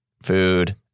Food